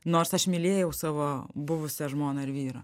nors aš mylėjau savo buvusią žmoną ar vyrą